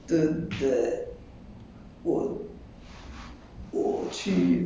good ah anyway 然后我 then after that